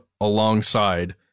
alongside